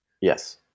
Yes